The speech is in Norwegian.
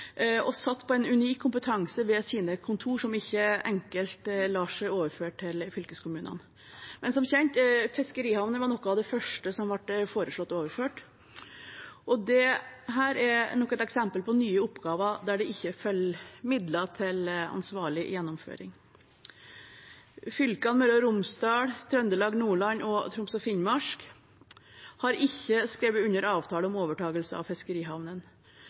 og satt på en unik kompetanse ved sine kontor som ikke enkelt lar seg overføre til fylkeskommunene. Men som kjent var fiskerihavnene noe av det første som ble foreslått overført. Dette er nok et eksempel på nye oppgaver der det ikke følger med midler til ansvarlig gjennomføring. Fylkene Møre og Romsdal, Trøndelag, Nordland og Troms og Finnmark har ikke skrevet under avtale om overtakelse av